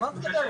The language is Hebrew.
על מה את מדברת,